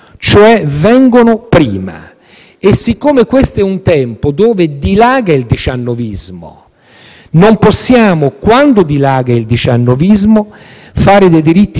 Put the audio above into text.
non possiamo, quando dilaga il diciannovismo, fare dei diritti civili carne di porco. Non si può tentennare. Anzi, sono sorpreso